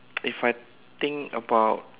if I think about